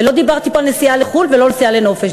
ולא דיברתי פה על נסיעה לחו"ל ולא נסיעה לנופש.